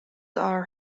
are